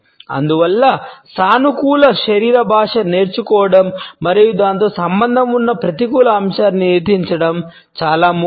అందువల్ల సానుకూల శరీర భాషను నేర్చుకోవడం మరియు దానితో సంబంధం ఉన్న ప్రతికూల అంశాలను నియంత్రించడం చాలా ముఖ్యం